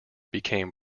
became